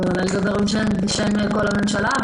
לא אדבר בשם כל הממשלה,